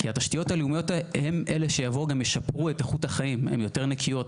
התשתיות הלאומיות הן אלה שישפרו את איכות החיים הן יותר נקיות,